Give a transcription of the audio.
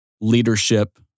leadership